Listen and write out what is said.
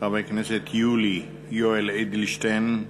חבר הכנסת יולי יואל אדלשטיין,